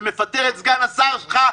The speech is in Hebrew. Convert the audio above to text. ומפטר את סגן השר שלך,